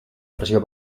pressió